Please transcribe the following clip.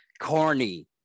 corny